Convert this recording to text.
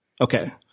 Okay